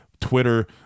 Twitter